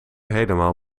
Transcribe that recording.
helemaal